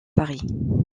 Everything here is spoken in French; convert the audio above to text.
paris